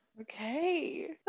Okay